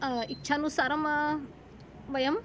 इच्छानुसारं वयं